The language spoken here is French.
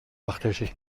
partager